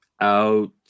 Out